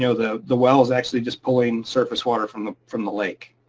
you know the the well's actually just pulling surface water from the from the lake.